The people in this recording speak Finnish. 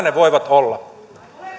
ne voivat olla